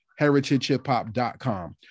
heritagehiphop.com